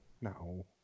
no